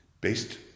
based